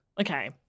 Okay